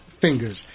Fingers